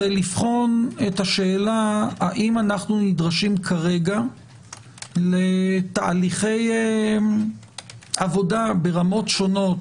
זה לבחון את השאלה האם אנחנו נדרשים כרגע לתהליכי עבודה ברמות שונות,